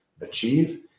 achieve